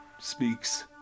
speaks